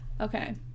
Okay